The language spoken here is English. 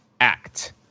act